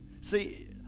see